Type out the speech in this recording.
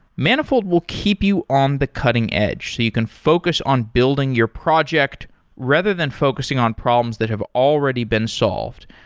manifold will keep you on the cutting-edge so you can focus on building your project rather than focusing on problems that have already been solved.